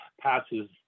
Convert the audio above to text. passes